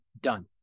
done